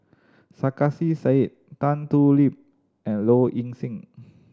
Sarkasi Said Tan Thoon Lip and Low Ing Sing